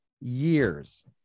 years